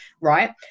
right